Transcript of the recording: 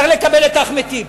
צריך לקבל את אחמד טיבי.